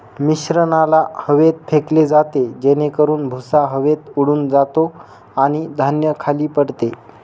मिश्रणाला हवेत फेकले जाते जेणेकरून भुसा हवेत उडून जातो आणि धान्य खाली पडते